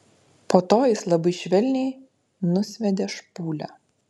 po to jis labai švelniai nusviedė špūlę